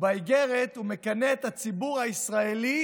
ובאיגרת הוא מכנה את הציבור הישראלי